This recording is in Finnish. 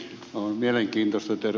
on mielenkiintoista että ed